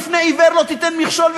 בפני עיוור לא תיתן מכשול,